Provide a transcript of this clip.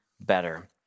better